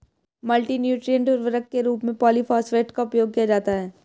multi nutrient उर्वरक के रूप में पॉलिफॉस्फेट का उपयोग किया जाता है